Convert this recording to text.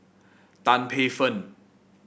Tan Paey Fern